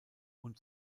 und